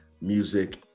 music